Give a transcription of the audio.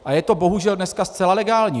A je to bohužel dneska zcela legální.